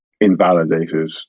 Invalidated